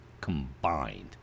combined